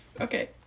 Okay